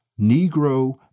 Negro